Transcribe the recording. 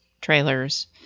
trailers